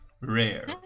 rare